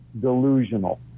delusional